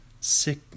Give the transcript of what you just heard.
sick